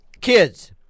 Kids